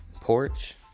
Porch